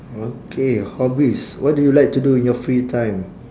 okay hobbies what do you like to do in your free time